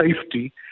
safety